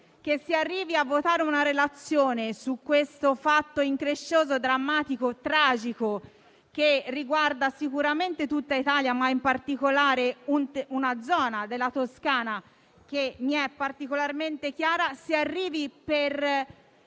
si arrivi a votare una relazione su questo fatto increscioso, drammatico e tragico che riguarda sicuramente tutta l'Italia, ma in particolare una zona della Toscana, che mi è particolarmente cara. Si arrivi, per